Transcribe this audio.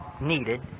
needed